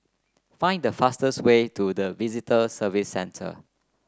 find the fastest way to the Visitor Services Centre